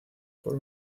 por